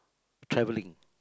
travelling